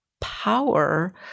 power